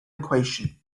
equation